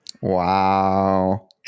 Wow